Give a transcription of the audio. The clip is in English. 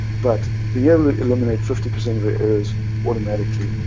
but being able to eliminate fifty percent of your errors automatically,